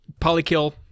Polykill